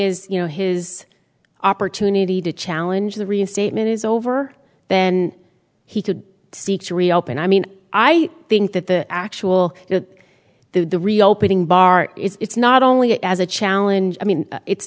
as you know his opportunity to challenge the reinstatement is over then he could seek to reopen i mean i think that the actual to the reopening bar it's not only as a challenge i mean it's